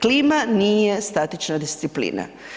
Klima nije statična disciplina.